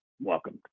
welcome